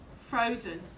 Frozen